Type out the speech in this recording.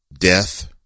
death